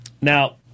Now